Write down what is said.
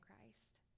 Christ